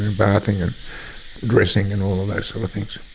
and bathing and dressing and all of those sort of things.